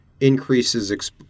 increases